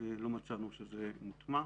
ולא מצאנו שזה מוטמע.